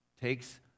Takes